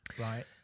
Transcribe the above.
right